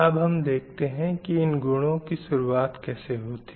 अब हम देखते हैं की इन गुनो की शुरुआत कैसे होती है